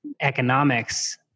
economics